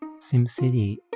SimCity